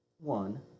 One